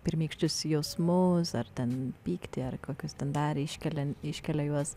pirmykščius jausmus ar ten pyktį ar kokios ten dar iškelia iškelia juos